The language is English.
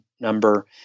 number